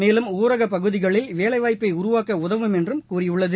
மேலும் ஊரகப் பகுதிகளில் வேலைவாய்ப்பை உருவாக்க உதவும் என்றும் கூறியுள்ளது